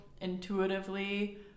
intuitively